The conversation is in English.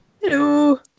Hello